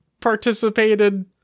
participated